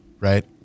right